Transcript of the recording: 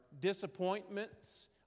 disappointments